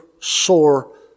sore